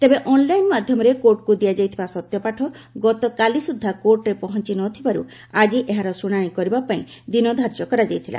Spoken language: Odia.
ତେବେ ଅନ୍ଲାଇନ ମାଧ୍ୟମରେ କୋର୍ଟକୁ ଦିଆଯାଇଥିବା ସତ୍ୟପାଠ ଗତକାଲି ସୁଦ୍ଧା କୋର୍ଟରେ ପହଞ୍ଚ ନଥିବାରୁ ଆକି ଏହାର ଶୁଣାଣି କରିବା ପାଇଁ ଦିନ ଧାର୍ଯ୍ୟ କରାଯାଇଥିଲା